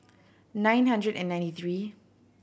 nine hundred and ninety three